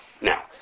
Now